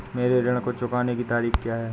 मेरे ऋण को चुकाने की तारीख़ क्या है?